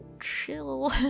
chill